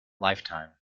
lifetime